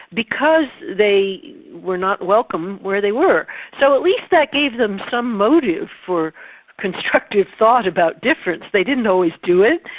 because they were not welcome where they were. so at least that gave them some motive for constructive thought about difference. they didn't always do it.